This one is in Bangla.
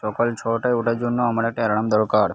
সকাল ছটায় ওঠার জন্য আমার একটা অ্যালার্ম দরকার